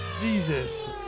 Jesus